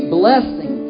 blessing